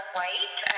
White